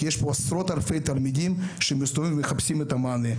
כי יש פה עשרות אלפי תלמידים שמסתובבים ומחפשים את המענה.